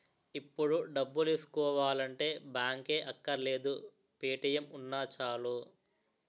ఇప్పుడు డబ్బులేసుకోవాలంటే బాంకే అక్కర్లేదు పే.టి.ఎం ఉన్నా చాలు